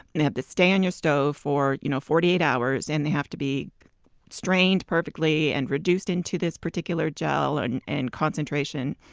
and have to stay on your stove for you know forty eight hours. and they have to be strained perfectly and reduced into this particular gel and and concentration.